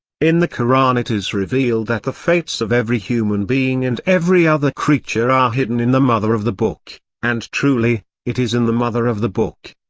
in the koran it is revealed that the fates of every human being and every other creature are hidden in the mother of the book and truly, it is in the mother of the book,